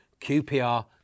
QPR